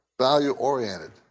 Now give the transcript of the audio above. Value-oriented